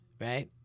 right